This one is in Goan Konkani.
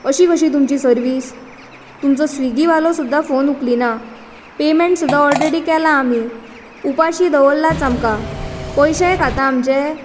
अशी कशी तुमची सरवीस तुमचो स्विगी वालो सुद्दां फॉन उकलीना पॅमेंट सुद्दां ऑलरॅडी केला आमी उपाशी दवरलाच आमकां पयशे खाता आमचे